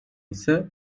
ise